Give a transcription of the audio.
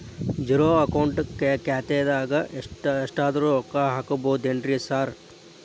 Zero account ಖಾತ್ಯಾಗ ಎಷ್ಟಾದ್ರೂ ರೊಕ್ಕ ಹಾಕ್ಬೋದೇನ್ರಿ ಸಾರ್?